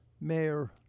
mayor